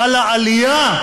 חלה עלייה,